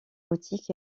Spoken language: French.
boutiques